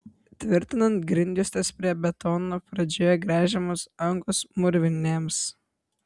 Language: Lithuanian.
tvirtinant grindjuostes prie betono pradžioje gręžiamos angos mūrvinėms